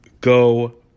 go